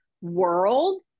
world